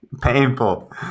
painful